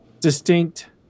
distinct